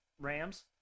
Rams